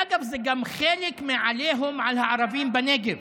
אגב, זה גם חלק מהעליהום על הערבים בנגב,